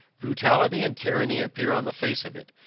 brutality and tyranny appear on the face of it.